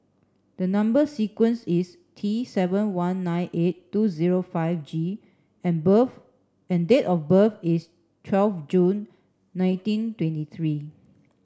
the number sequence is T seven one nine eight two zero five G and birth date of birth is twelve June nineteen twenty three